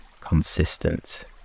consistent